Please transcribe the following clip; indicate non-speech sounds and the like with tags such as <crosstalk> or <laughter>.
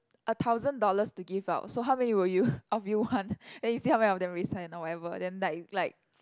a thousand dollars to give out so how many will you of you want <laughs> then you see how many of them raise hand or whatever then like like